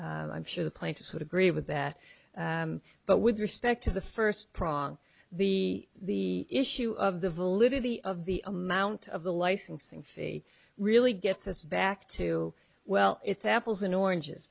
i'm sure the plaintiff sort agree with that but with respect to the first prong the issue of the validity of the amount of the licensing fee really gets us back to well it's apples and oranges